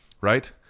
right